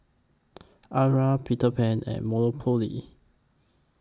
Arai Peter Pan and Monopoly